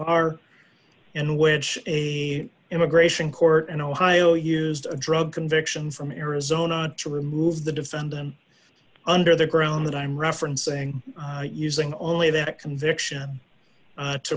are in which a immigration court in ohio used a drug conviction from arizona to remove the defendant under the ground that i'm referencing using only that conviction